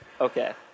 Okay